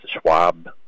Schwab